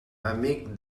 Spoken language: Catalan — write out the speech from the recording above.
amic